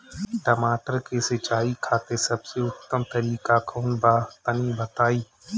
टमाटर के सिंचाई खातिर सबसे उत्तम तरीका कौंन बा तनि बताई?